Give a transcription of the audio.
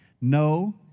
No